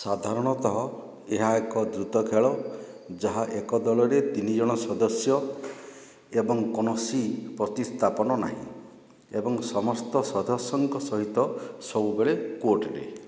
ସାଧାରଣତଃ ଏହା ଏକ ଦ୍ରୁତ ଖେଳ ଯାହା ଏକ ଦଳରେ ତିନି ଜଣ ସଦସ୍ୟ ଏବଂ କୌଣସି ପ୍ରତିସ୍ଥାପନ ନାହିଁ ଏବଂ ସମସ୍ତ ସଦସ୍ୟଙ୍କ ସହିତ ସବୁବେଳେ କୋର୍ଟରେ